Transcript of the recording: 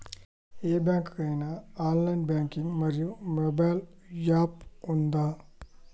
ఏ bank కి ఐనా online banking మరియు మొబైల్ యాప్ ఉందా?